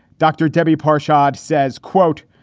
dr. debbie parsad says, quote,